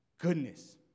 goodness